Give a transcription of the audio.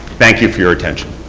thank you for your attention.